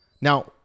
Now